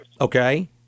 Okay